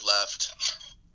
left